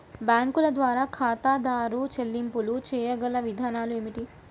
బ్యాంకుల ద్వారా ఖాతాదారు చెల్లింపులు చేయగల విధానాలు ఏమిటి?